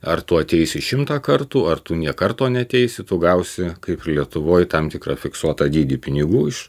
ar tu ateisi šimtą kartų ar tu nė karto neateisi tu gausi kaip ir lietuvoj tam tikrą fiksuotą dydį pinigų iš